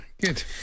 Good